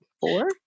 Four